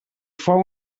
fou